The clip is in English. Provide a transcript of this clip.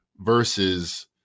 versus